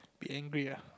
be angry lah